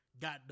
got